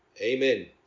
Amen